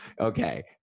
Okay